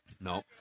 No